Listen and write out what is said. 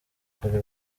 kuri